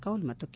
ಕೌಲ್ ಮತ್ತು ಕೆ